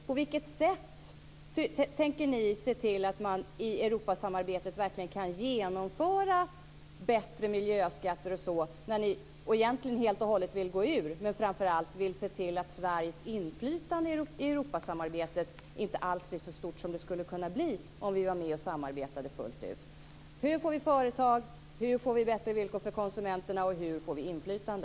På vilket sätt tänker ni i Miljöpartiet se till att man i Europasamarbetet verkligen kan genomföra bättre miljöskatter osv.? Ni vill ju egentligen helt och hållet gå ur Europasamarbetet, men framför allt se till att Sveriges inflytande inte alls blir så stort som det skulle kunna bli om Sverige var med och samarbetade fullt ut. Hur får vi företag? Hur får vi bättre villkor för konsumenterna? Hur får vi inflytande?